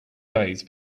days